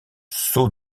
sauts